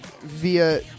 via